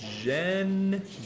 Jen